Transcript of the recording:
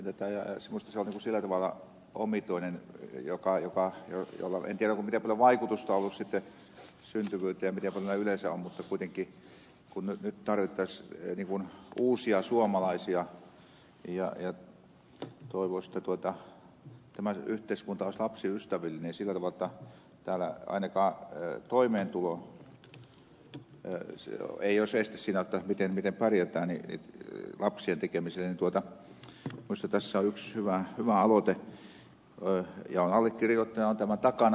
minusta se on sillä tavalla omituinen ratkaisu en tiedä miten paljon sillä on vaikutusta ollut sitten syntyvyyteen ja miten paljon yleensä on mutta kuitenkin kun nyt tarvittaisiin uusia suomalaisia ja toivoisi että tämä yhteiskunta olisi lapsiystävällinen sillä tavalla jotta täällä ainakaan toimeentulo ei olisi este lap sien tekemiseen jotta miten pärjätään niin minusta tässä on yksi hyvä aloite ja olen allekirjoittajana tämän takana